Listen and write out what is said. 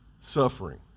suffering